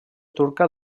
turca